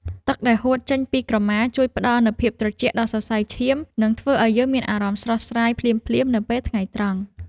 ទឹកដែលហួតចេញពីក្រមាជួយផ្ដល់នូវភាពត្រជាក់ដល់សរសៃឈាមនិងធ្វើឱ្យយើងមានអារម្មណ៍ស្រស់ស្រាយភ្លាមៗនៅពេលថ្ងៃត្រង់។